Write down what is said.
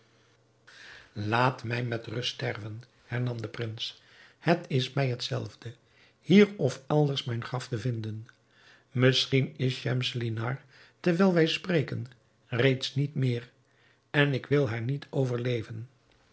laat mij met rust sterven hernam de prins het is mij het zelfde hier of elders mijn graf te vinden misschien is schemselnihar terwijl wij spreken reeds niet meer en ik wil haar niet overleven